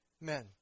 men